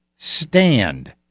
stand